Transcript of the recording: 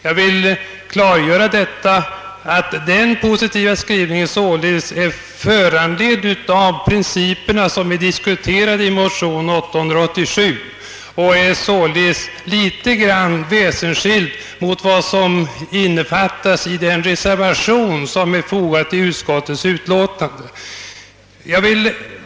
Jag vill klargöra att den positiva skrivningen är föranledd av principerna som vi diskuterat i motion 1I1I:887 som således är litet väsensskild från den reservation som är fogad till utskottets betänkande.